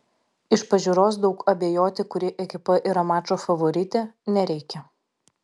iš pažiūros daug abejoti kuri ekipa yra mačo favoritė nereikia